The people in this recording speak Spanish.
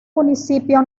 municipio